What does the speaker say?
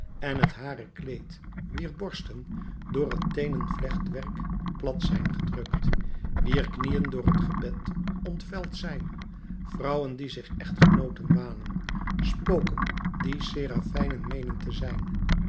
en het haren kleed wier borsten door het teenen vlechtwerk plat zijn gedrukt wier knieën door het gebed ontveld zijn vrouwen die zich echtgenooten wanen spoken die serafijnen meenen te zijn